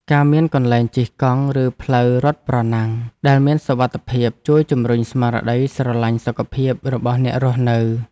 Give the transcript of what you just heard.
ការមានកន្លែងជិះកង់ឬផ្លូវរត់ប្រណាំងដែលមានសុវត្ថិភាពជួយជម្រុញស្មារតីស្រឡាញ់សុខភាពរបស់អ្នករស់នៅ។